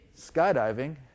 skydiving